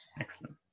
Excellent